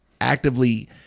actively